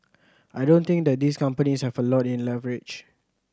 I don't think that these companies have a lot of leverage